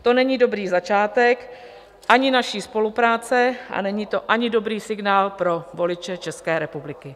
To není dobrý začátek ani naší spolupráce, a není to ani dobrý signál pro voliče České republiky.